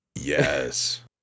Yes